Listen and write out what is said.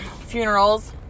Funerals